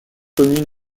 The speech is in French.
communes